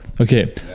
Okay